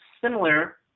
similar